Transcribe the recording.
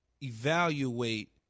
evaluate